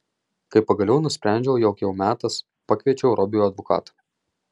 kai pagaliau nusprendžiau jog jau metas pakviečiau robiui advokatą